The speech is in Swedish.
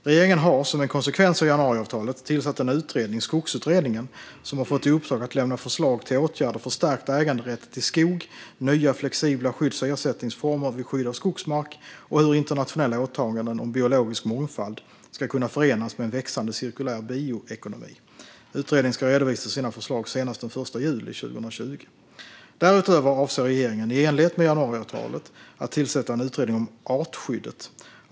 Regeringen har, som en konsekvens av januariavtalet, tillsatt en utredning, Skogsutredningen, som har fått i uppdrag att lämna förslag till åtgärder för stärkt äganderätt till skog, nya flexibla skydds och ersättningsformer vid skydd av skogsmark och hur internationella åtaganden om biologisk mångfald ska kunna förenas med en växande cirkulär bioekonomi. Utredningen ska redovisa sina förslag senast den 1 juli 2020. Därutöver avser regeringen, i enlighet med januariavtalet, att tillsätta en utredning om artskyddet.